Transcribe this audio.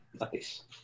Nice